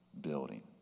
building